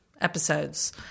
episodes